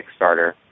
Kickstarter